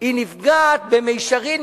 היא נפגעת במישרין,